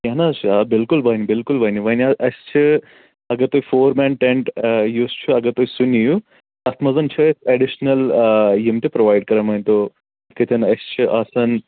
کیٚنٛہہ نہٕ حظ چھُ آ بِلکُل بَنہِ بِلکُل بَنہٕ وۄنۍ آو اَسہِ چھِ اگر تُہۍ فور مین ٹٮ۪نٛٹ یُس چھُ اگر تُہۍ سُہ نِیِو تَتھ منٛز چھِ أسۍ اٮ۪ڈِشنَل یِم تہِ پرٛوٚوایِڈ کران مٲنۍتو یِتھَے کٔنۍ أسۍ چھِ آسان